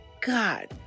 God